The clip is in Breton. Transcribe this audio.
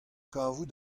kavout